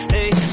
Hey